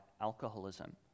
alcoholism